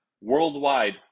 worldwide